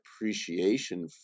appreciation